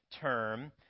term